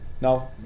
no